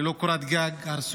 ללא קורת גג.